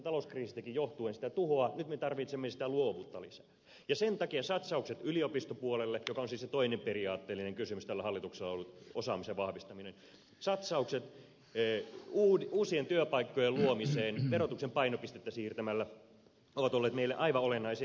nyt me tarvitsemme sitä luovuutta lisää ja sen takia satsaukset yliopistopuolelle joka on siis se toinen periaatteellinen kysymys tällä hallituksella ollut osaamisen vahvistaminen satsaukset uusien työpaikkojen luomiseen verotuksen painopistettä siirtämällä ovat olleet meille aivan olennaisia